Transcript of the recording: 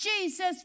Jesus